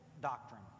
doctrine